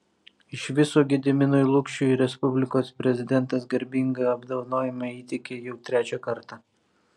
iš viso gediminui lukšiui respublikos prezidentas garbingą apdovanojimą įteikė jau trečią kartą